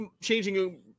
changing